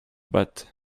but